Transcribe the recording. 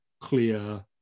clear